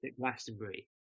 Glastonbury